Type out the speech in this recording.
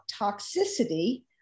toxicity